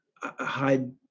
hide